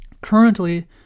Currently